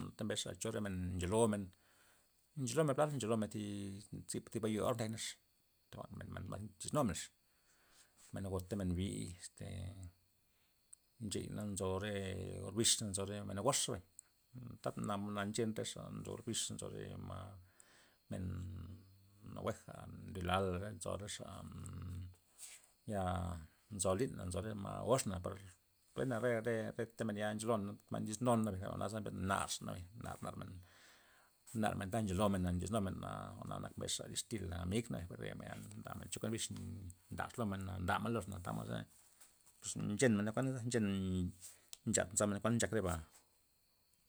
Ta mbesxa cho re men ncholoo' men, re men plar ncholon men thi zib thi biyor ndiak nax, ta jwa'n men- men ndo disnumex, men gota men biy este ncheya na nzo re orbixa nzo re men ngoxa bay, ta na- na nche rexa nzo orbixa nzo re ma, men nagueja ndo yo'la nzo rexa ya ya nzolina nzo re ma'gox na par kue'na re- re- reta men ya ncholona mbay ndodisnum nabay re jwa'na mbesna nar xabay nar- nar nar men nar ta ncholomena ndo disnumena jwa'na- jwa'na nak mbesxa distila amigna re men ya ndamen chokuent bix ndax lomen na ndamen lox na tamod ze pues nchenmena kuana ze nchen nchat nzamen kuan nchak reba.